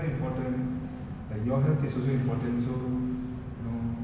like the peop~ elderly people who are more vulnerable to this disease